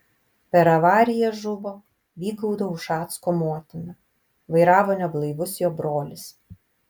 per avariją žuvo vygaudo ušacko motina vairavo neblaivus jo brolis